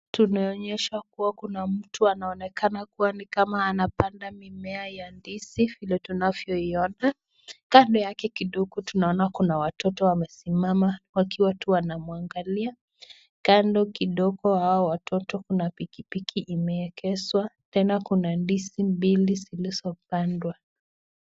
Tunaonyeshwa kuwa kuna mtu anaonekana ni kama anapanda mimea ya ndizi vile tunavyoiona, kando yake kidogo tunaona kuna watoto wamesimama wakiwa tu wanamwangalia. Kando kidogo kwa hawa watoto kuna pikipiki imeegeshwa, tena kuna ndizi mbili zilizopandwa.